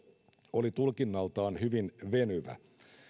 oli tulkinnaltaan hyvin venyvä